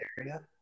area